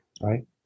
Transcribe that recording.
right